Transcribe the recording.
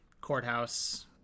courthouse